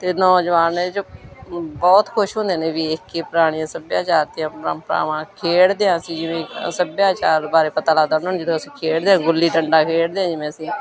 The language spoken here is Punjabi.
ਅਤੇ ਨੌਜਵਾਨ ਜੋ ਬਹੁਤ ਖੁਸ਼ ਹੁੰਦੇ ਨੇ ਵੇਖ ਕੇ ਪੁਰਾਣੇ ਸੱਭਿਆਚਾਰ ਅਤੇ ਪਰੰਪਰਾਵਾਂ ਖੇਡਦੇ ਹਾਂ ਅਸੀਂ ਜਿਵੇਂ ਸੱਭਿਆਚਾਰ ਬਾਰੇ ਪਤਾ ਲੱਗਦਾ ਉਹਨਾਂ ਨੂੰ ਜਦੋਂ ਅਸੀਂ ਖੇਡਦੇ ਹਾਂ ਗੁੱਲੀ ਡੰਡਾ ਖੇਡਦੇ ਜਿਵੇਂ ਅਸੀਂ